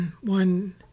one